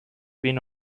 been